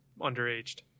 underaged